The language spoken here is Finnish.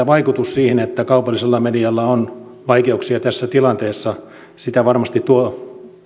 vaikutus siihen että kaupallisella medialla on vaikeuksia tässä tilanteessa sitä varmasti tuo